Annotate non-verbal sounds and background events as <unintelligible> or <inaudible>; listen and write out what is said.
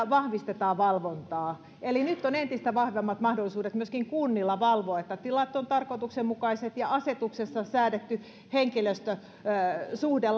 <unintelligible> vahvistettiin valvontaa eli nyt on entistä vahvemmat mahdollisuudet myöskin kunnilla valvoa että tilat ovat tarkoituksenmukaiset ja asetuksessa säädetty henkilöstösuhde <unintelligible>